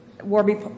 Warby